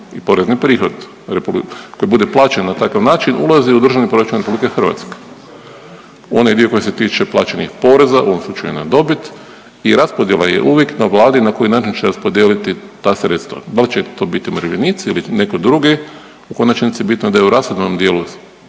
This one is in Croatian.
i porezni prihod koji bude plaćen na takav način ulazi u državni proračun Republike Hrvatske onaj dio koji se tiče plaćenih poreza u ovom slučaju na dobit i raspodjela je uvijek na Vladi na kojoj je najteže raspodijeliti ta sredstva. Da li će to biti umirovljenici ili netko drugi u konačnici bitno je da je u rashodovnom dijelu